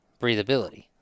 breathability